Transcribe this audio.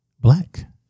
black